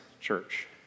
church